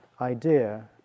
idea